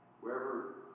wherever